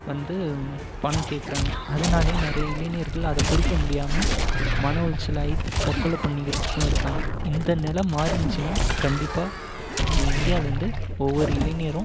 வந்து பணம் கேட்குறாங்க அதனாலேயே நிறைய இளைஞர்கள் அதை கொடுக்க முடியாமல் மன உளைச்சல் ஆகி தற்கொலை பண்ணிக்கிறத்துக்கும் இருக்காங்க இந்த நெலை மாறுனுச்சின்னால் கண்டிப்பாக நம்ம இந்தியாலேருந்து ஒவ்வொரு இளைஞரும்